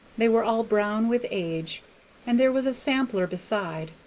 they were all brown with age and there was a sampler beside,